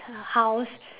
her house